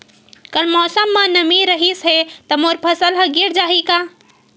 कल मौसम म नमी रहिस हे त मोर फसल ह गिर जाही का?